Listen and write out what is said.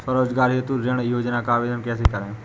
स्वरोजगार हेतु ऋण योजना का आवेदन कैसे करें?